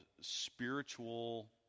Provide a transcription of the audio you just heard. spiritual